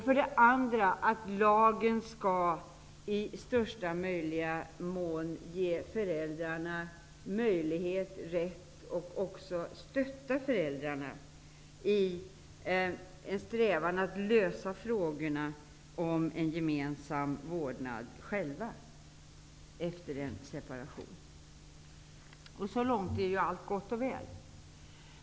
För det andra: lagen skall i största möjliga mån ge föräldrarna möjlighet och rätt till umgänge och också stötta föräldrarna i deras strävan att lösa tvisterna om en gemensam vårdnad själva efter en separation. Så långt är allt gott och väl.